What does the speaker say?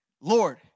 Lord